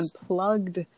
unplugged